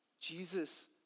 Jesus